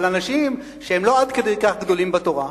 אבל אנשים שהם לא עד כדי כך גדולים בתורה,